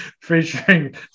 featuring